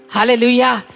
Hallelujah